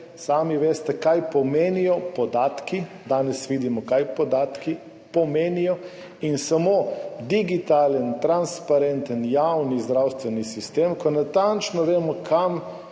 sami veste, kaj pomenijo podatki, danes vidimo, kaj pomenijo podatki in samo digitalen, transparenten javni zdravstveni sistem, ko natančno vemo, kam